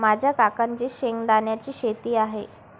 माझ्या काकांची शेंगदाण्याची शेती आहे